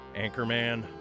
*Anchorman*